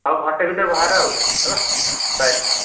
ହଉ ଘଣ୍ଟେ ଭିତରେ ବାହାରେ ଆଉ ହେଲା ବାଏ